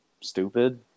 stupid